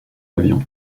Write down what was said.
avions